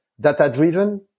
Data-driven